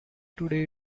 today